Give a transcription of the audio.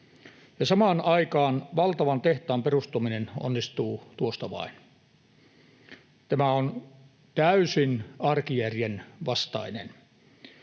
samaan aikaan valtavan tehtaan perustaminen onnistuu tuosta vain. Tämä on täysin arkijärjen vastaista.